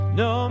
no